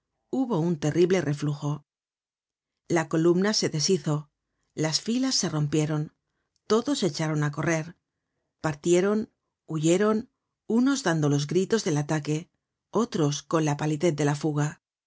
hubo un terrible reflujo la columna se deshizo las filas se rompieron todos echaron á correr partieron huyeron unos dando los gritos del ataque otros con la palidez de la fuga